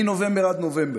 מנובמבר עד נובמבר,